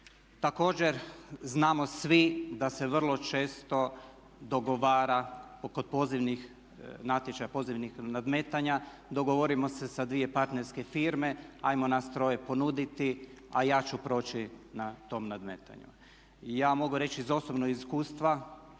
Također znamo svi da se vrlo često dogovara kod pozivnih natječaja, pozivnih nadmetanja dogovorimo se sa dvije partnerske firme ajmo nas troje ponuditi a ja ću proći na tom nadmetanju. I ja mogu reći iz osobnog iskustva,